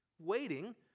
waiting